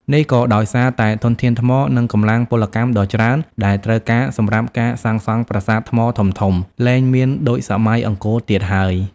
នេះក៏ដោយសារតែធនធានថ្ម និងកម្លាំងពលកម្មដ៏ច្រើនដែលត្រូវការសម្រាប់ការសាងសង់ប្រាសាទថ្មធំៗលែងមានដូចសម័យអង្គរទៀតហើយ។